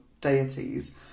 deities